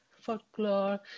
folklore